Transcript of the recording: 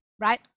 Right